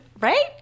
right